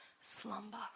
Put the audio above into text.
slumber